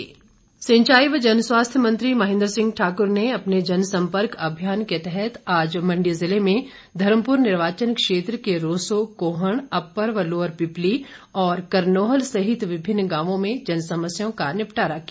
महेन्द्र सिंह सिंचाई व जनस्वास्थ्य मंत्री महेन्द्र सिंह ठाकुर ने अपने जनसंपर्क अभियान के तहत आज मण्डी जिले में धर्मपुर निर्वाचन क्षेत्र के रोसो कोहण अपर व लोअर पिपली और करनोहल सहित विभिन्न गांवों में जनसमस्याओं का निपटारा किया